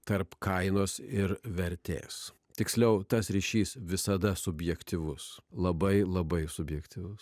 tarp kainos ir vertės tiksliau tas ryšys visada subjektyvus labai labai subjektyvus